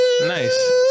Nice